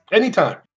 anytime